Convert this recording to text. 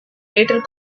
later